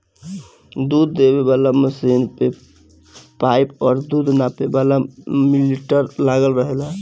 दूध दूहे वाला मशीन में पाइप और दूध नापे वाला मीटर लागल रहेला